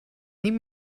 niet